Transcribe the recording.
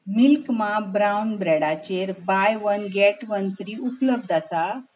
milk मा brown ब्रॅडाचेर buy one get one free उपलब्ध आसा